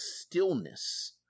stillness